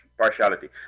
partiality